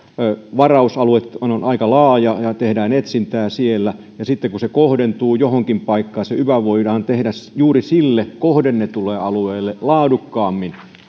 varausalue on on aika laaja ja tehdään etsintää siellä ja kun se sitten kohdentuu johonkin paikkaan niin se yva voidaan tehdä juuri sille kohdennetulle alueelle laadukkaammin